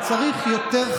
אתה רק גורם לי קורת רוח.